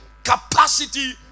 capacity